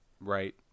Right